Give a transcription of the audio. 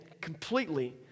completely